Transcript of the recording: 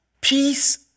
peace